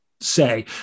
say